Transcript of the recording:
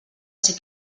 ser